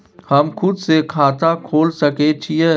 हम खुद से खाता खोल सके छीयै?